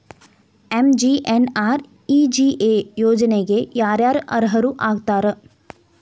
MGNREGA ಯೋಜನೆಗೆ ಯಾರ ಯಾರು ಅರ್ಹರು ಆಗ್ತಾರ?